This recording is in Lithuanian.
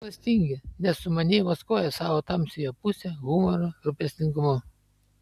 skorpionai klastingi nes sumaniai maskuoja savo tamsiąją pusę humoru rūpestingumu